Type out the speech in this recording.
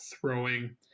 throwing